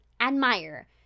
admire